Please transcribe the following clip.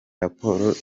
raporo